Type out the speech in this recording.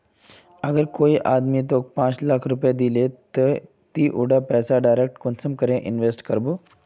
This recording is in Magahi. अगर कोई आदमी कतेक पाँच लाख रुपया दिले ते ती उला पैसा डायरक कुंसम करे इन्वेस्टमेंट करबो?